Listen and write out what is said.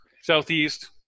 Southeast